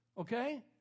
okay